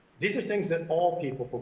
these are things that all people but